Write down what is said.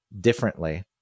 differently